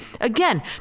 Again